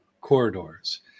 corridors